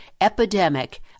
Epidemic